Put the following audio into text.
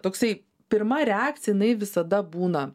toksai pirma reakcija jinai visada būna